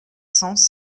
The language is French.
cents